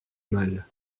mal